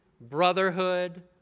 brotherhood